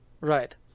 Right